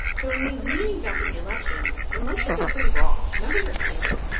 so in these meetings after the election, emotions are pretty raw. members are angry.